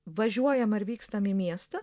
važiuojam ar vykstam į miestą